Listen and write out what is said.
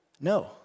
No